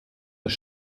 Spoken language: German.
das